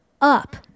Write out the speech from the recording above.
Up